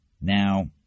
Now